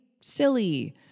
silly